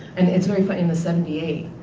and it's very funny, in the seventy eight,